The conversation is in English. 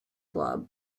club